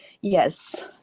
Yes